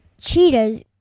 Cheetahs